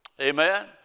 Amen